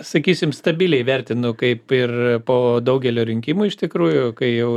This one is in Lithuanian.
sakysim stabiliai vertinu kaip ir po daugelio rinkimų iš tikrųjų kai jau